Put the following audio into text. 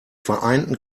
vereinten